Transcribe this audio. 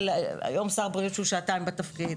היום יש שר בריאות שהוא שעתיים בתפקיד.